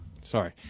Sorry